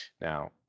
Now